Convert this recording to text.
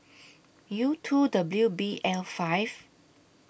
U two W B L five